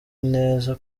neza